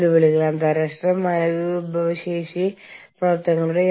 ആളുകളുടെ അഫിലിയേഷനുകൾ